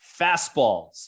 fastballs